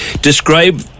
Describe